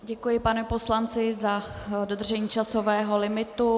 Děkuji panu poslanci za dodržení časového limitu.